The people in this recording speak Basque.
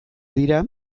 dira